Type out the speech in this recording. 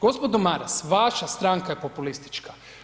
Gospodo Maras, vaša stranka je populistička.